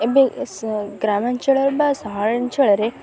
ଏବେ ଗ୍ରାମାଞ୍ଚଳରେ ବା ସହରାଞ୍ଚଳରେ